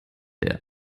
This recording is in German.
der